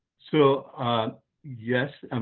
so yes, um